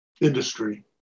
industry